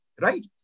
right